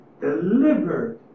delivered